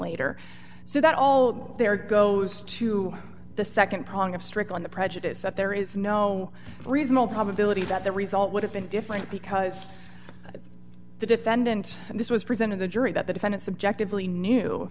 later so that all there goes to the nd prong of strickland the prejudice that there is no reasonable probability that the result would have been different because the defendant this was present in the jury that the defendant subjectively knew